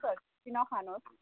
मासुमंसहरू चाहिँ नखानुहोस्